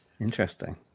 Interesting